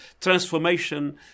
transformation